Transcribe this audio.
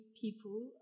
people